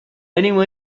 anyone